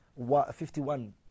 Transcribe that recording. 51